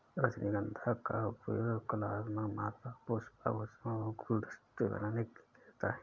रजनीगंधा का उपयोग कलात्मक माला, पुष्प, आभूषण और गुलदस्ते बनाने के लिए किया जाता है